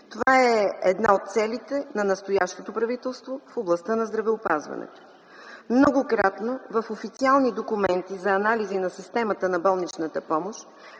Това е една от целите на настоящото правителство в областта на здравеопазването. Многократно в официални документи за анализи на системата на болничната помощ